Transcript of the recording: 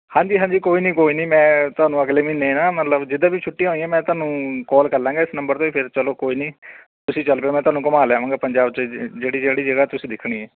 ਹਾਂਜੀ ਹਾਂਜੀ ਕੋਈ ਨਹੀਂ ਕੋਈ ਨਹੀਂ ਮੈਂ ਤੁਹਾਨੂੰ ਅਗਲੇ ਮਹੀਨੇ ਨਾ ਮਤਲਬ ਜਿਹਦੇ ਵੀ ਛੁੱਟੀਆਂ ਹੋਈਆਂ ਮੈਂ ਤੁਹਾਨੂੰ ਕੋਲ ਕਰ ਲਾਂਗਾ ਇਸ ਨੰਬਰ 'ਤੇ ਫਿਰ ਚਲੋ ਕੋਈ ਨਹੀਂ ਤੁਸੀਂ ਚੱਲ ਪਿਓ ਮੈਂ ਤੁਹਾਨੂੰ ਘੁੰਮਾ ਲਿਆਵਾਂਗੇ ਪੰਜਾਬ 'ਚ ਜਿਹੜੀ ਜਿਹੜੀ ਜਗ੍ਹਾ ਤੁਸੀਂ ਦੇਖਣੀ